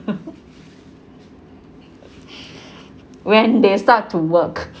when they start to work